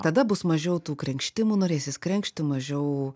tada bus mažiau tų krenkštimų norėsis krenkšti mažiau